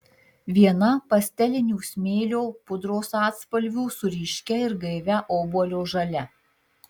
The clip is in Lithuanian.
viena pastelinių smėlio pudros atspalvių su ryškia ir gaivia obuolio žalia